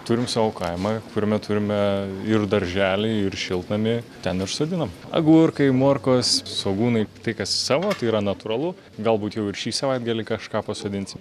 turim savo kaimą kuriame turime ir darželį ir šiltnamį ten ir sodinam agurkai morkos svogūnai tai kas savo tai yra natūralu galbūt jau ir šį savaitgalį kažką pasodinsim